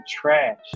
trash